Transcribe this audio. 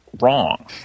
wrong